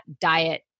diet